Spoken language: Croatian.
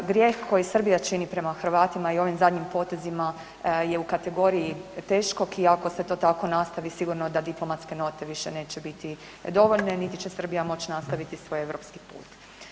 Grijeh koji Srbija čini prema Hrvatima i ovim zadnjim potezima je u kategoriji teškog i ako se to tako nastavi, sigurno da diplomatske note više neće biti dovoljne niti će Srbija moći nastaviti svoj europski put.